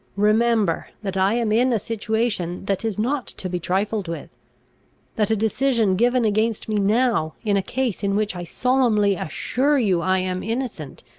remember, that i am in a situation that is not to be trifled with that a decision given against me now, in a case in which i solemnly assure you i am innocent,